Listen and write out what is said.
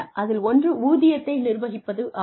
அதில் ஒன்று ஊதியத்தை நிர்வகிப்பதாகும்